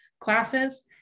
classes